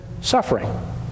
suffering